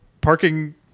parking